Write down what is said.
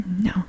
No